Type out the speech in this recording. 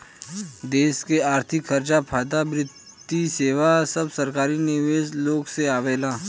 देश के अर्थिक खर्चा, फायदा, वित्तीय सेवा सब सरकारी निवेशक लोग से आवेला